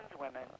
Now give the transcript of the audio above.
women